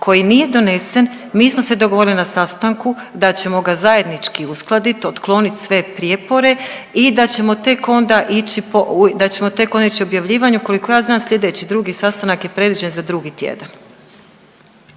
koji nije donesen. Mi smo se dogovorili na sastanku da ćemo ga zajednički uskladiti, otklonit sve prijepore i da ćemo tek onda ići, da ćemo onda ići u objavljivanje. Koliko ja znam slijedeći drugi sastanak je predviđen za drugi tjedan.